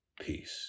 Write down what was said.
peace